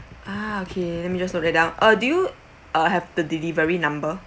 ah okay let me just note it down uh do you uh have the delivery number